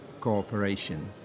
Cooperation